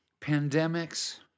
Pandemics